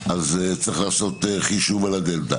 צריך לעשות חישוב על הדלתא.